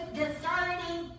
discerning